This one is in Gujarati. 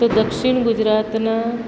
તો દક્ષિણ ગુજરાતના